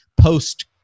post